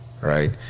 right